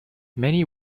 many